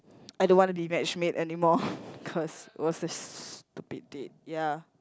I don't want to be matchmade anymore cause it was a stupid date ya